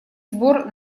сбор